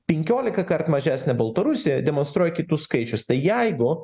penkiolika kart mažesnę baltarusija demonstruoja kitus skaičius tai jeigu